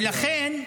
ולכן,